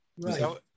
right